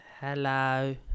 Hello